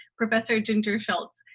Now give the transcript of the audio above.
professor ginger shultz,